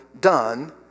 done